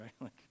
right